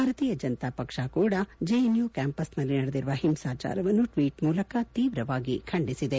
ಭಾರತೀಯ ಜನತಾ ಪಕ್ಷ ಕೂಡ JNU campus ನಲ್ಲಿ ನಡೆದಿರುವ ಹಿಂಸಾಚಾರವನ್ನು ಟ್ವೀಟ್ ಮೂಲಕ ತೀವ್ರವಾಗಿ ಖಂಡಿಸಿದೆ